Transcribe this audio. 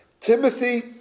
Timothy